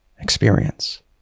experience